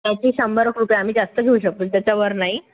त्याची शंभर रुपया आम्ही जास्त घेऊ शकतो त्याच्या वर नाही